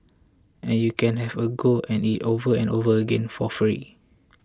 and you can have a go at it over and over again for free